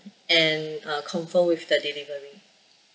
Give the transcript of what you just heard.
and uh confirm with the delivery